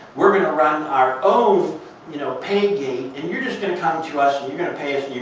we're going to run our own you know pay gate. and you're just going to come to us. and you're going to pay us.